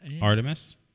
Artemis